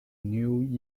new